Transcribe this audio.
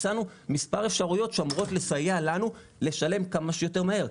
הצענו מספר אפשרויות שאמורות לסייע לנו לשלם כמה שיותר מהר.